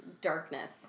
darkness